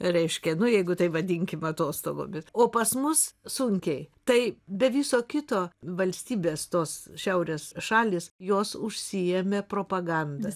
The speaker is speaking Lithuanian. reiškia nu jeigu tai vadinkim atostogomis o pas mus sunkiai tai be viso kito valstybės tos šiaurės šalys jos užsiėmė propaganda